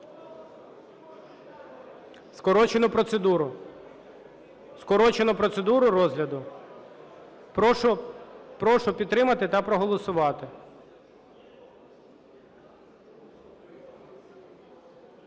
скорочену процедуру розгляду, прошу підтримати та проголосувати.